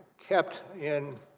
kept in